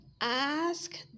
Ask